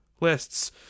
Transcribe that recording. lists